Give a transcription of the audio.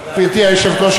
גברתי היושבת-ראש,